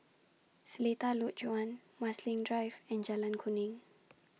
Seletar Lodge one Marsiling Drive and Jalan Kuning